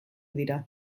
dira